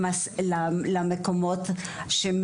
מהמקומות בהם